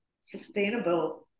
sustainable